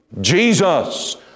Jesus